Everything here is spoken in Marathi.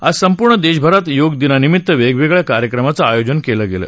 आज संपूर्ण देशभरात योगदिनानिमित्त वेगवेगळया कार्यक्रमाचं आयोजन केलं गेलं